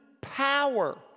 power